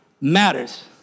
matters